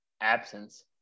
absence